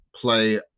Play